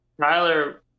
Tyler